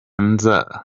nza